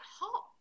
hot